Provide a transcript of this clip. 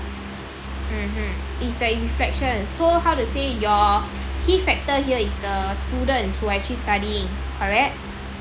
mmhmm is the inflection so how to say your key factor here is the student who actually studying correct